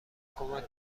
کمک